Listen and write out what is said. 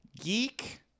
Geek